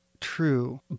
true